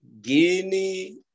Guinea